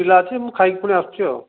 ପିଲା ଅଛି ମୁଁ ଖାଇ କି ପୁଣି ଆସୁଛି ଆଉ